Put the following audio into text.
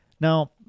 Now